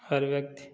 हर व्यक्ति